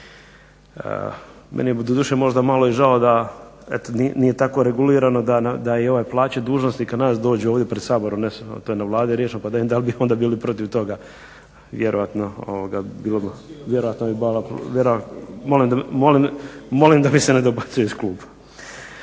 Meni je doduše evo možda malo žao nije tako regulirano da i ove plaće dužnosnika nas dođu ovdje pred Saborom, to je na Vladi riješeno pa da vidim dal bi onda bili protiv toga. Vjerojatno, molim da mi se ne dobacuje iz kluba.